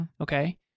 Okay